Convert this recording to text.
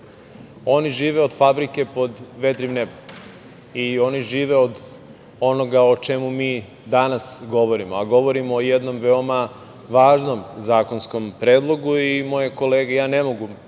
Oni žive od fabrike pod vedrim nebom i oni žive od onoga o čemu mi danas govorimo, a govorimo o jednom veoma važnom zakonskom predlogu. I ja ne mogu